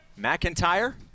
McIntyre